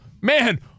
man